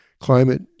climate